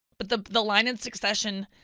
but the the line in succession,